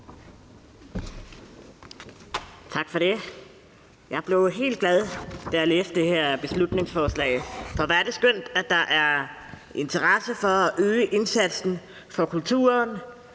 Tak for det. Jeg blev helt glad, da jeg læste det her beslutningsforslag. For hvor er det skønt, at der er interesse for at øge indsatsen for kulturen,